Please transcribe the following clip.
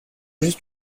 juste